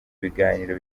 ibiganiro